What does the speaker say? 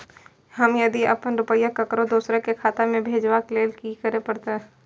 हम यदि अपन रुपया ककरो दोसर के खाता में भेजबाक लेल कि करै परत?